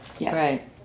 Right